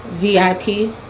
vip